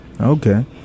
Okay